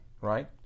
right